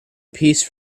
piece